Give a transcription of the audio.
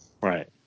Right